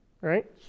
right